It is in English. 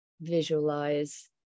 visualize